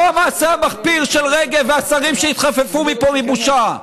לא המעשה המחפיר של רגב והשרים שהתחפפו מפה מבושה.